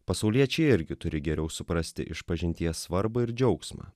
pasauliečiai irgi turi geriau suprasti išpažinties svarbą ir džiaugsmą